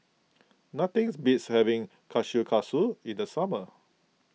nothings beats having Kushikatsu in the summer